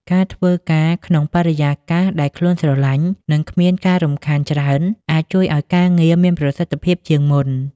ការធ្វើការក្នុងបរិយាកាសដែលខ្លួនស្រឡាញ់ និងគ្មានការរំខានច្រើន អាចជួយឱ្យការងារមានប្រសិទ្ធភាពជាងមុន។